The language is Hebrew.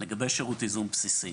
לגבי שירות ייזום בסיסי: